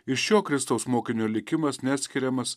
ir šio kristaus mokinio likimas neatskiriamas